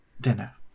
dinner